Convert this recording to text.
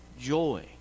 joy